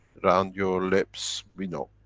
round your lips, we know.